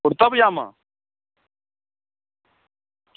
कुर्ता पजामा